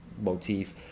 motif